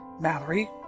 Mallory